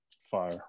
fire